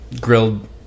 grilled